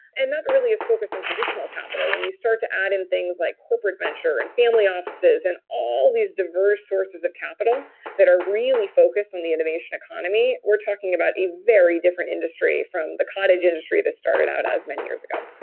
and not really as focused on traditional capital. when you start to add in things like corporate venture, and family offices, and all these diverse sources of capital that are really focused on the innovation economy, weaeurre talking about a very different industry, from the cottage industry that started out as many years ago.